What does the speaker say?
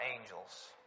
angels